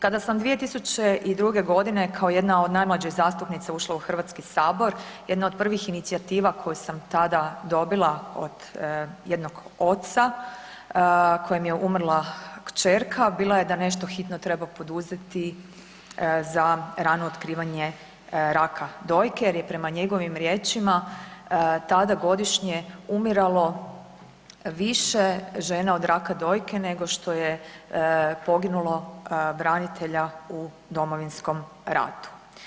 Kada sam 2002. godine kao jedna od najmlađih zastupnica ušla u Hrvatski sabor jedna od prvih inicijativa koje sam tada dobila od jednog oca kojem je umrla kćerka je da nešto hitno treba poduzeti za rano otkrivanje raka dojke, jer je prema njegovim riječima tada godišnje umiralo više od raka dojke nego što je poginulo branitelja u Domovinskom ratu.